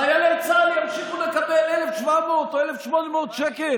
חיילי צה"ל ימשיכו לקבל 1,700 או 1,800 שקל